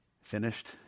finished